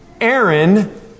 Aaron